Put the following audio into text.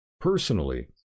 personally